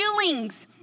feelings